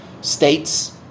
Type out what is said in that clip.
states